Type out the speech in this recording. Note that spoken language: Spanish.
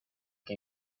que